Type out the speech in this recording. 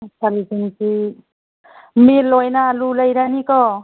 ꯃꯜ ꯑꯣꯏꯅ ꯑꯥꯂꯨ ꯂꯩꯔꯅꯤꯀꯣ